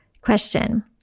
Question